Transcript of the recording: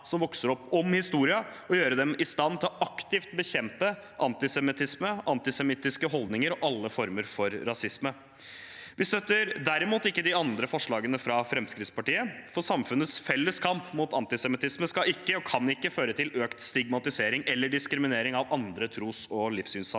som vokser opp, om historien, og for å gjøre dem i stand til aktivt å bekjempe antisemittisme, antisemittiske holdninger og alle former for rasisme. Vi støtter derimot ikke de andre forslagene fra Fremskrittspartiet, for samfunnets felles kamp mot antisemittisme skal ikke, og kan ikke, føre til økt stigma tisering eller diskriminering av andre tros- og livssynssamfunn.